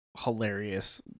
hilarious